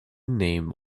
name